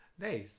Nice